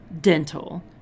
dental